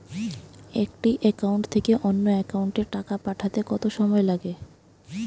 একটি একাউন্ট থেকে অন্য একাউন্টে টাকা পাঠাতে কত সময় লাগে?